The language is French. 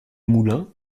moulins